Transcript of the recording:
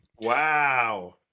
Wow